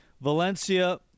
Valencia